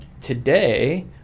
today